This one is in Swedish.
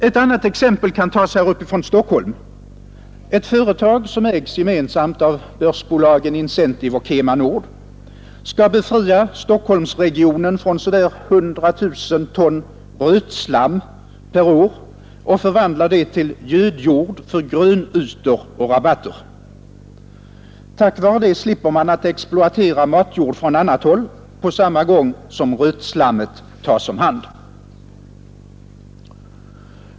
Ett annat exempel kan tas här uppe ifrån Stockholm. Ett företag som ägs gemensamt av börsbolagen Incentive och KemaNord AB, skall befria Stockholmsregionen från så där 100 000 ton rötslam per år och förvandla det till gödjord för grönytor och rabatter. Tack vare detta slipper man att exploatera matjord från annat håll på samma gång som rötslammet tas om hand.